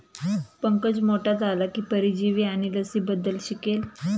पंकज मोठा झाला की परजीवी आणि लसींबद्दल शिकेल